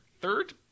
third